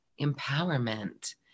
Empowerment